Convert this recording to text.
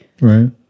right